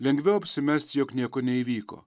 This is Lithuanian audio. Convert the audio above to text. lengviau apsimesti jog nieko neįvyko